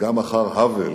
גם אחר האוול